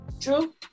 True